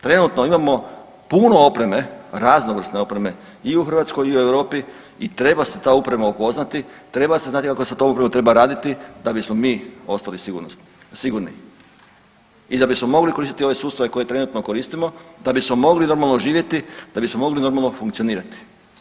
Trenutno imamo puno opreme, raznovrsne opreme i u Hrvatskoj i u Europi i treba se ta oprema upoznati, treba se znati kako se to upravo treba raditi da bismo mi ostali sigurnosni, sigurni i da bismo mogli koristiti ove sustave koje trenutno koristimo, da bismo mogli normalno živjeti i da bismo mogli normalno funkcionirati.